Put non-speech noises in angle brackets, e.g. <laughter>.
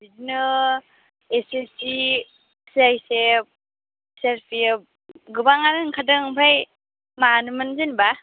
बिदिनो SSC <unintelligible> CRPF गोबाङानो ओंखारदों ओमफ्राय मानोमोन जेनेबा